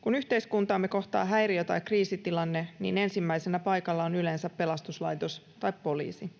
Kun yhteiskuntaamme kohtaa häiriö tai kriisitilanne, niin ensimmäisenä paikalla on yleensä pelastuslaitos tai poliisi.